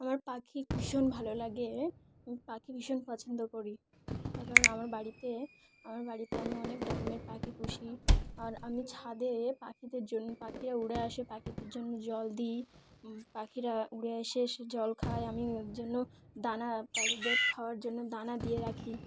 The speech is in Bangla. আমার পাখি ভীষণ ভালো লাগে পাখি ভীষণ পছন্দ করি কারণ আমার বাড়িতে আমার বাড়িতে আমি অনেক রকমের পাখি পুষি আর আমি ছাদে পাখিদের জন্য পাখিরা উড়ে আসে পাখিদের জন্য জল দিই পাখিরা উড়ে এসে সে জল খায় আমির জন্য দানা পাখিদের খাওয়ার জন্য দানা দিয়ে রাখি